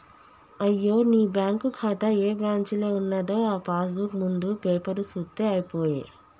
అయ్యో నీ బ్యాంకు ఖాతా ఏ బ్రాంచీలో ఉన్నదో ఆ పాస్ బుక్ ముందు పేపరు సూత్తే అయిపోయే